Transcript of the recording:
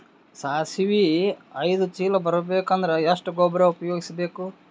ಸಾಸಿವಿ ಐದು ಚೀಲ ಬರುಬೇಕ ಅಂದ್ರ ಎಷ್ಟ ಗೊಬ್ಬರ ಉಪಯೋಗಿಸಿ ಬೇಕು?